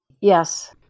Yes